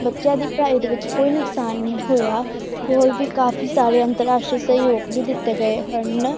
ਬੱਚਿਆਂ ਦੀ ਪੜ੍ਹਾਈ ਦੇ ਵਿੱਚ ਕੋਈ ਨੁਕਸਾਨ ਨਹੀਂ ਹੋਇਆ ਹੋਰ ਵੀ ਕਾਫੀ ਸਾਰੇ ਅੰਤਰਰਾਸ਼ਟਰੀ ਸਹਿਯੋਗ ਵੀ ਦਿੱਤੇ ਗਏ ਹਨ